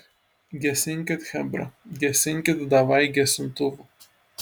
gesinkit chebra gesinkit davai gesintuvų